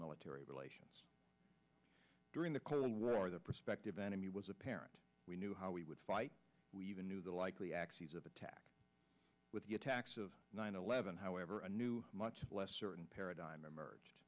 military relations during the clearly what are the prospective enemy was apparent we knew how we would fight we even knew the likely axes of attack with the attacks of nine eleven however a new much less certain paradigm emerged